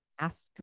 ask